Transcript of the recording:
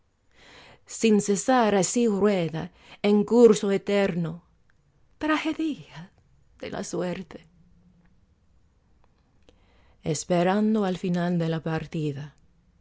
sin cesar así rueda en curso eterno tragedia de la suerte esperando al final de la partida